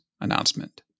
announcement